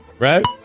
right